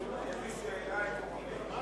עד שהוא יעלה, הוא עלה.